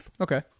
Okay